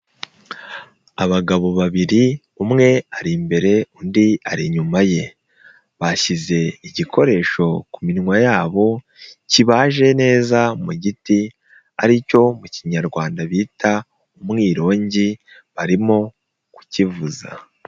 Abagabo babiri umwe ari imbere undi ari inyuma ye bashyize igikoresho ku minwa yabo kibaje neza mu giti ari cyo mu kinyarwanda bita umwirongi barimo kukivuza.